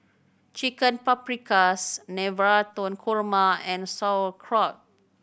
Chicken Paprikas Navratan Korma and Sauerkraut